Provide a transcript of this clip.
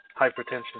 hypertension